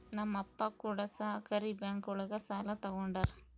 ನಮ್ ಅಪ್ಪ ಕೂಡ ಸಹಕಾರಿ ಬ್ಯಾಂಕ್ ಒಳಗ ಸಾಲ ತಗೊಂಡಾರ